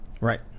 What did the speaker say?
Right